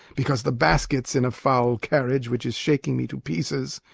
because the basket's in a foul carriage which is shaking me to pieces,